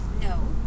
No